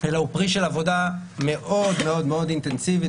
אלא הוא פרי של עבודה מאוד מאוד אינטנסיבית,